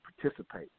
participate